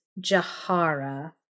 Jahara